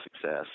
success